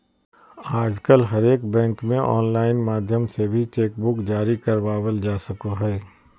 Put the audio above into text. आजकल हरेक बैंक मे आनलाइन माध्यम से भी चेक बुक जारी करबावल जा सको हय